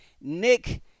Nick